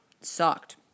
sucked